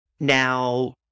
Now